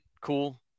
cool